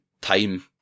time